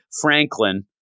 Franklin